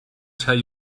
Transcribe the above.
tell